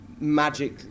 Magic